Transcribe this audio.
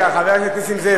חוקים גזעניים נותנים לדבר.